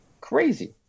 Crazy